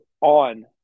on